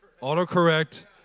Auto-correct